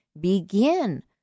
Begin